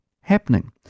happening